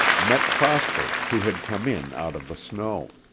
met prosper who had come in out of the snow.